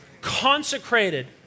Consecrated